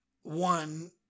One